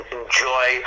enjoy